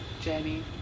Jenny